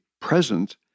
present